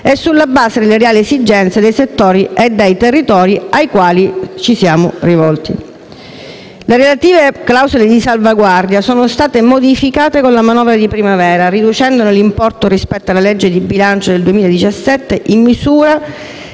e sulla base delle reali esigenze dei settori e dei territori ai quali sono rivolti. Le relative clausole di salvaguardia sono state modificate con la manovra di primavera, riducendone l'importo rispetto alla Legge di Bilancio 2017 in misura